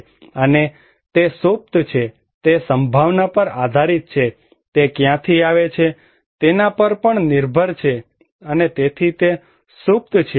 અને તે સુપ્ત છે તે સંભાવના પર આધારીત છે તે ક્યાંથી આવે છે તેના પર પણ નિર્ભર છે તેથી તે સુપ્ત છે